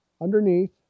underneath